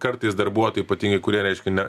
kartais darbuotojai ypatingai kurie reiškia ne